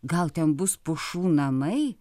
gal ten bus pušų namai